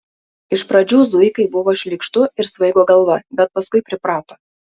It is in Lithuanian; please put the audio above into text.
iš pradžių zuikai buvo šlykštu ir svaigo galva bet paskui priprato